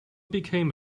became